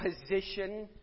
position